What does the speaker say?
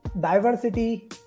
diversity